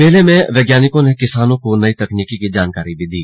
मेले में वैज्ञानिकों ने किसानों को नई तकनीक की जानकारी भी दी